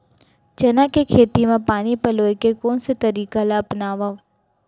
चना के खेती म पानी पलोय के कोन से तरीका ला अपनावव?